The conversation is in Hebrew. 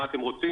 מה אתם רוצים?